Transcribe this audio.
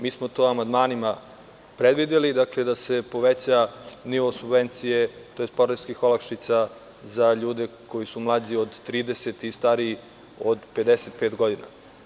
Mi smo to amandmanima predvideli, da se poveća nivo subvencije tj. poreskih olakšica za ljude koji su mlađi od 30 i stariji od 55 godina.